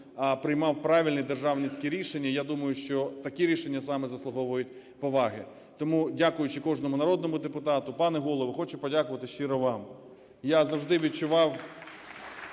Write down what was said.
а приймав правильні державницькі рішення. Я думаю, що такі рішення саме заслуговують поваги. Тому дякуючи кожному народному депутату. Пане Голово, хочу подякувати щиро вам. Я завжди відчував